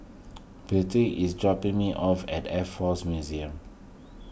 Bity is dropping me off at Air force Museum